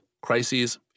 crises